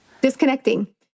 disconnecting